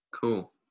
Cool